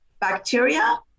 bacteria